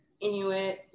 Inuit